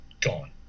gone